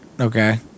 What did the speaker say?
Okay